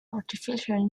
artificial